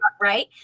right